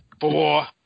four